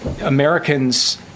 Americans